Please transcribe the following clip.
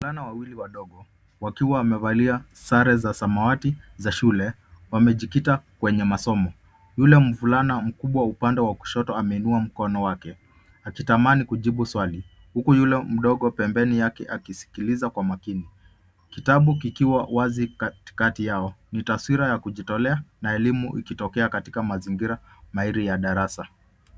Vijana wawili wadogo wakiwa wamevalia sare za samawati za shule wamejikita kwenye masomo Yule mvulana mkubwa upande wa kushoto ameinua mkono wake akitamani kujibu swali huku Yule mdogo pempeni akiskiliza kwa makini. Kitabu kikiwa wazi katikati Yao ni taswira ya kujitolea na elimu ikitokea mazingira maili ya darasa